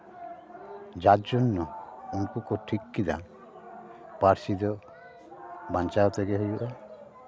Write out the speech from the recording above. ᱡᱟᱨ ᱡᱚᱱᱱᱚ ᱩᱱᱠᱩ ᱠᱚ ᱴᱷᱤᱠ ᱠᱮᱫᱟ ᱯᱟᱹᱨᱥᱤ ᱫᱚ ᱵᱟᱧᱪᱟᱣ ᱛᱮᱜᱮ ᱦᱩᱭᱩᱜᱼᱟ